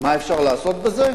מה אפשר לעשות בזה?